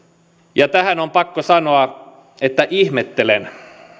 tähän on pakko sanoa että ihmettelen